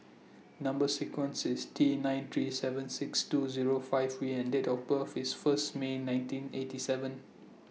Number sequence IS T nine three seven six two Zero five V and Date of birth IS First May nineteen eighty seven